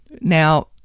Now